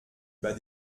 bas